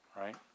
Right